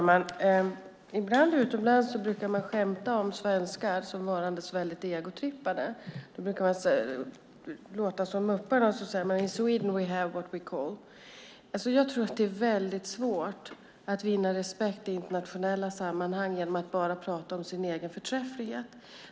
Fru talman! Utomlands skämtar man ibland om svenskar som varandes väldigt egotrippade. Då brukar man låta som mupparna och säga: In Sweden we have what we call. Jag tror att det är väldigt svårt att vinna respekt i internationella sammanhang genom att bara prata om sin egen förträfflighet.